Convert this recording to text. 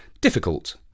difficult